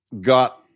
got